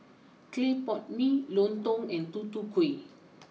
Clay Pot Mee Lontong and Tutu Kueh